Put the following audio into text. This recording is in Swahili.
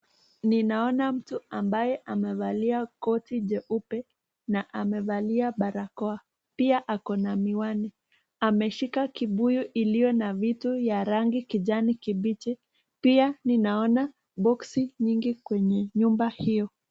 Ninaona mtu ambaye amevalia koti jeupe na amevalia barakoa. Pia ako na miwani. Ameshika kibuyu iliyo na vitu ya rangi kijani kibichi. Pia ninaona boksi nyingi kwenye nyumba hiyo.